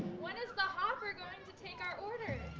when is the hopper going to take our order?